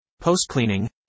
Post-cleaning